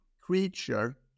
creature